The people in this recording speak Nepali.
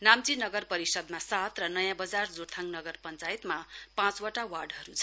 नाम्ची नगर परिषदमा सात र नयाँ बजार जोरथाङ नगर पञ्चायतमा पनि पाँचवटा वार्डहरू छन्